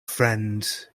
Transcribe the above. friends